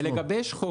ולגבש חוק.